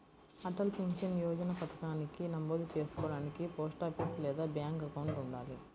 Atal pension Yojana పథకానికి నమోదు చేసుకోడానికి పోస్టాఫీస్ లేదా బ్యాంక్ అకౌంట్ ఉండాలి